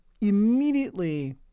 immediately